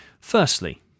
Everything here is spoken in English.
Firstly